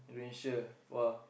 Indonesia !wah!